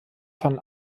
von